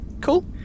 Cool